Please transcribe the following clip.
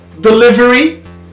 Delivery